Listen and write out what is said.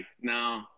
No